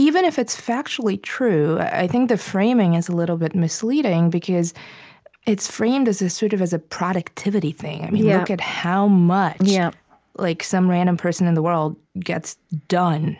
even if it's factually true, i think the framing is a little bit misleading because it's framed as a sort of ah productivity thing. yeah look at how much yeah like some random person in the world gets done, you